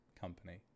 company